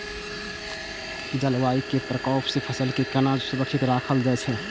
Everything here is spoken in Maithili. जलवायु के प्रकोप से फसल के केना सुरक्षित राखल जाय छै?